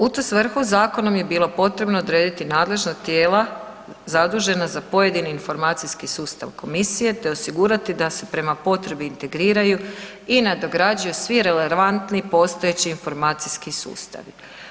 U tu svrhu, zakonom je bilo potrebno odrediti nadležna tijela zadužena za pojedini informacijski sustav komisije te osigurati da se prema potrebi integriraju i nadograđuju svi relevantni postojeći informacijski sustavi.